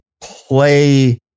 play